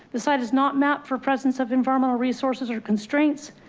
the site is not mapped for presence of environmental resources or constraints